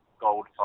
gold